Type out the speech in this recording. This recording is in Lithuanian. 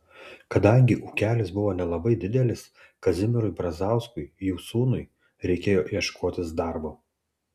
kadangi ūkelis buvo nelabai didelis kazimierui brazauskui jų sūnui reikėjo ieškotis darbo